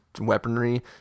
weaponry